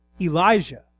Elijah